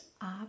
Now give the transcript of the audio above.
up